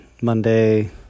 Monday